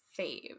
fave